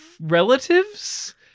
relatives